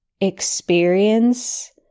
experience